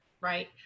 right